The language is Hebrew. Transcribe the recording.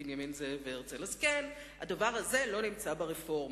אז כן, הדבר הזה לא נמצא ברפורמה.